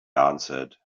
answered